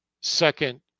second